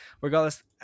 Regardless